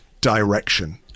direction